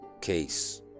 case